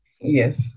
yes